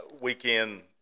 weekend